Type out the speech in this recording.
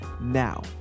Now